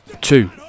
two